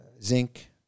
zinc